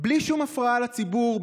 בלי שום הפרעה לציבור,